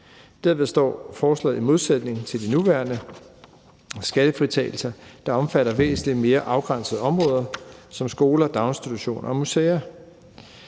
Derved står forslaget i modsætning til de nuværende skattefritagelser, der omfatter væsentlig mere afgrænsede områder som skoler, daginstitutioner og museer.